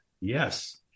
Yes